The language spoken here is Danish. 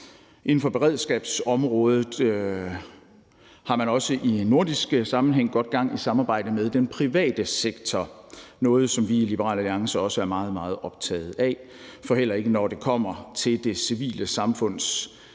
Inden for beredskabsområdet har man også i nordisk sammenhæng godt gang i samarbejde med den private sektor – det er noget, som vi i Liberal Alliance også er meget, meget optaget af. For heller ikke når det kommer til det civile samfunds